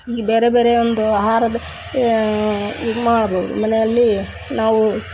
ಈ ಬೇರೆ ಬೇರೆ ಒಂದು ಆಹಾರದ್ ಇದು ಮಾಡ್ಬೋದು ಮನೆಯಲ್ಲಿ ನಾವು